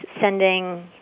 sending